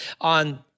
on